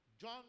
John